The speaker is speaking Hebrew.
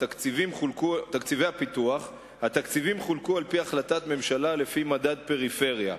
התקציבים חולקו על-פי החלטת הממשלה לפי מדד פריפריה,